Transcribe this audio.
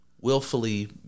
willfully